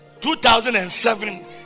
2007